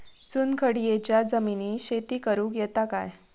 चुनखडीयेच्या जमिनीत शेती करुक येता काय?